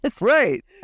Right